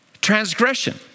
Transgression